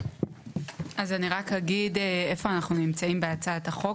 אז אני רק אגיד איפה אנחנו נמצאים בהצעת החוק,